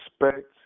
Respect